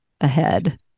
ahead